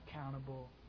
accountable